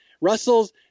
Russell's